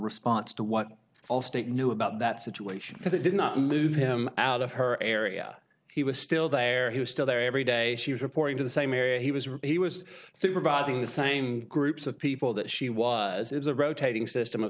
response to what allstate knew about that situation because it did not move him out of her area he was still there he was still there every day she was reporting to the same area he was was supervising the same groups of people that she was it's a rotating system of